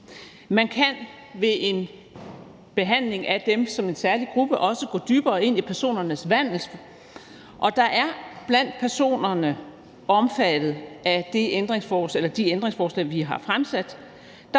Man kan ved en behandling af dem som en særlig gruppe også gå dybere ind i personernes vandel, og der er blandt dem, der er omfattet af de ændringsforslag, vi har stillet, personer,